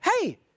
hey